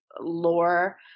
lore